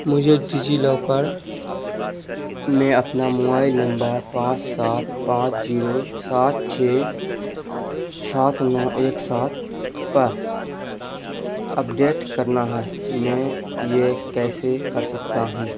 مجھے DigiLocker میں اپنا موبائل نمبر پانچ سات پانچ زیرو سات چھ سات نو ایک سات پر اپڈیٹ کرنا ہے میں یہ کیسے کر سکتا ہوں